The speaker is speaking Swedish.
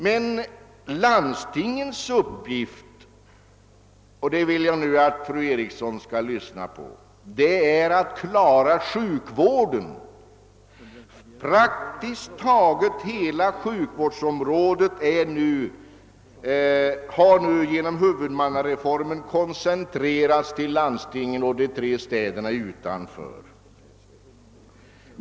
Men landstingens uppgift är — och nu vill jag att fru Eriksson i Stockholm skall lyssna — att klara sjukvården. Praktiskt taget hela sjukvårdsområdet har genom huvudmannaskapsreformen koncentrerats till landstingen och de tre städerna utanför landsting.